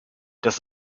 das